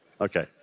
Okay